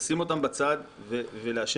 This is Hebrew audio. -- לשים אותם בצד ולאשר.